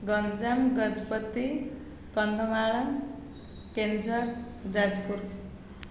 Ganjam Gajapati Kandhamal Keonjhar Jajpur